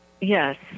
Yes